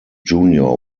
junior